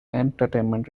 entertainment